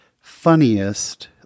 funniest